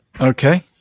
Okay